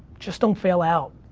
just don't fail out.